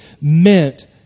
meant